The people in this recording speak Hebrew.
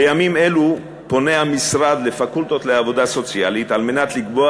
בימים אלו פונה המשרד לפקולטות לעבודה סוציאלית על מנת לקבוע